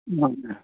मुजह